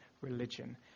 religion